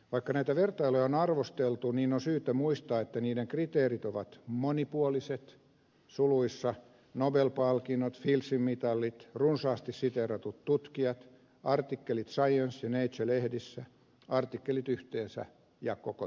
vaikka näitä vertailuja on arvosteltu niin on syytä muistaa että niiden kriteerit ovat monipuoliset suluissa nobel palkinnot fieldsin mitalit runsaasti siteeratut tutkijat artikkelit saa jos ne itse lehdessä artikkelit yhtyeessä ja koko